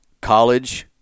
college